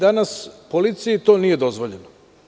Danas policiji to nije dozvoljeno.